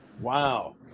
wow